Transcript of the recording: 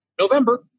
November